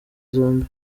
zombi